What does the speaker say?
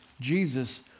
Jesus